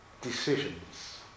decisions